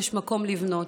יש מקום לבנות.